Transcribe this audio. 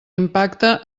impacte